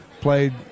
played